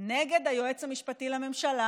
נגד היועץ המשפטי לממשלה.